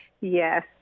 Yes